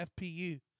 FPU